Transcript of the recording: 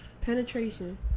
Penetration